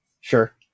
Sure